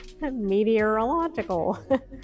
Meteorological